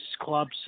clubs